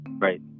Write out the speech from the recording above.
Right